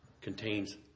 contains